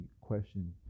question